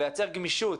לייצר גמישות,